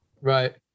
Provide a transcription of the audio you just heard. Right